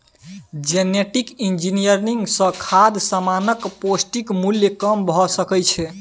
genetic engineering सँ खाद्य समानक पौष्टिक मुल्य कम भ सकै छै